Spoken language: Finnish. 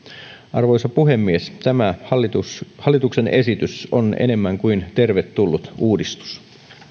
arvoisa puhemies tämä hallituksen esitys on enemmän kuin tervetullut uudistus